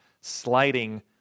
sliding